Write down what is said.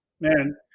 Man